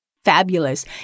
Fabulous